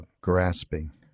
grasping